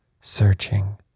searching